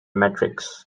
metrics